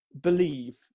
believe